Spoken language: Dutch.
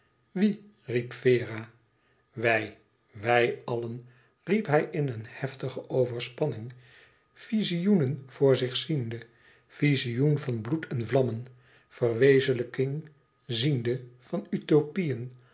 wie riep vera wij wij allen riep hij in eene heftige overspanning vizioenen voor zich ziende vizioen van bloed en vlammen verwezenlijking ziende van utopieën